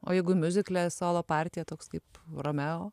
o jeigu miuzikle solo partija toks kaip romeo